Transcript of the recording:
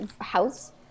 house